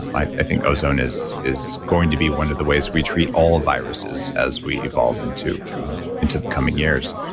i think ozone is is going to be one of the ways we treat all viruses, as we evolve into into the coming years.